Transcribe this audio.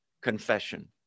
confession